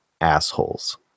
assholes